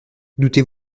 doutez